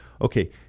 Okay